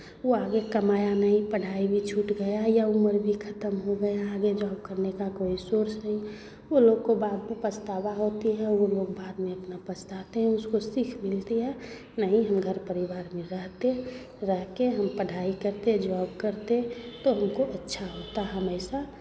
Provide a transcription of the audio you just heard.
वो आगे कमाया नहीं पढ़ाई भी छूट गया है या उम्र भी ख़तम हो गया आगे जॉब करने का कोई सोर्स नहीं वो लोग को बाद में पछतावा होती है वो लोग बाद में अपना पछताते हैं उसको सीख मिलती है नहीं हम घर परिवार में रहते रहके हम पढ़ाई करते जॉब करते तो हमको अच्छा होता हम ऐसा